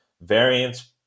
variance